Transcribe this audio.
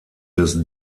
des